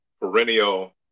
perennial